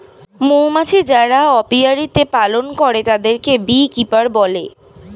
মৌমাছি যারা অপিয়ারীতে পালন করে তাদেরকে বী কিপার বলে